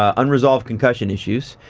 um unresolved concussion issues.